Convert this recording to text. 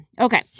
Okay